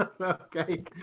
Okay